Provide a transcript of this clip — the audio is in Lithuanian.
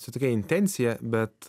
su tokia intencija bet